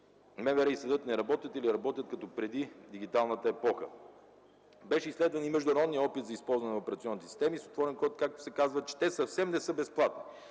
МВР и съдът не работят, или работят като преди дигиталната епоха? Беше изследван и международният опит за използване на операционните системи с отворен код и се оказа, че те съвсем не са безплатни.